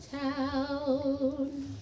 town